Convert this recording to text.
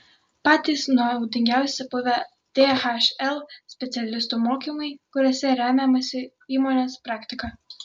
patys naudingiausi buvę dhl specialistų mokymai kuriuose remiamasi įmonės praktika